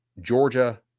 Georgia